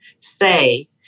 say